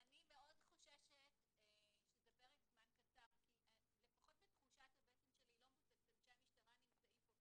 מאוד חוששת שזה פרק זמן קצר כי לפחות לתחושת הבטן שלי לא מבוססת כל